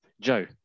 Joe